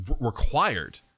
required